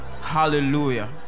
Hallelujah